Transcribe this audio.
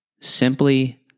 Simply